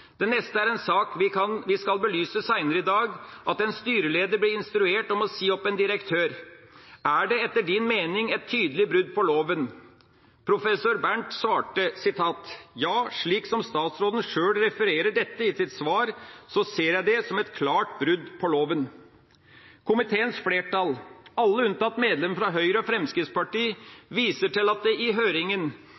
«Det neste er en sak vi skal belyse senere i dag, at en styreleder ble instruert om å si opp en direktør. Er det, etter din mening, et tydelig brudd på loven?» Professor Bernt svarte: «Ja, slik som statsråden selv refererer dette i sitt svar, så ser jeg det som et klart brudd på loven.» Komiteens flertall, alle unntatt medlemmene fra Høyre og Fremskrittspartiet, viser til det som framgår i